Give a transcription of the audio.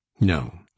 no